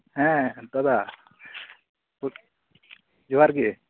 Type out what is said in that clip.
ᱦᱮᱸ ᱫᱟᱫᱟ ᱡᱚᱦᱟᱨ ᱜᱮ